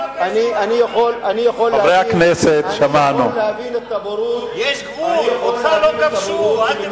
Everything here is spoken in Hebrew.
אני יכול להבין את הבורות שממנה אתה מדבר.